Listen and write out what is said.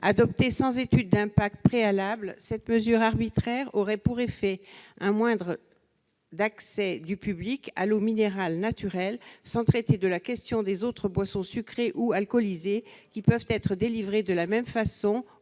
Adoptée sans étude d'impact préalable, cette mesure arbitraire aurait pour effet un moindre accès du public à l'eau minérale naturelle, sans traiter de la question des autres boissons sucrées ou alcoolisées, qui peuvent être délivrées de la même façon